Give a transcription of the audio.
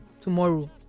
tomorrow